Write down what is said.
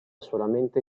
solamente